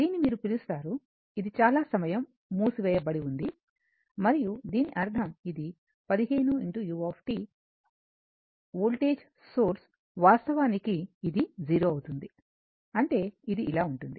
దీన్ని మీరు పిలుస్తారు ఇది చాలా సమయం మూసి వేయబడి ఉంది మరియు దీని అర్థం ఇది 15u వోల్టేజ్ సోర్స్ వాస్తవానికి ఇది 0 అవుతుంది అంటే ఇది ఇలా ఉంటుంది